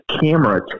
camera